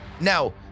Now